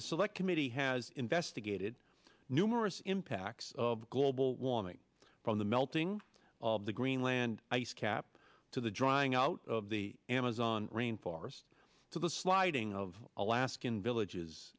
the select committee has investigated numerous impacts of global warming from the melting of the greenland ice cap to the drying out of the amazon rainforest to the sliding of alaskan villages